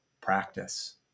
practice